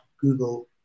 google